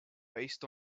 based